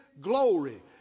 glory